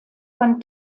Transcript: von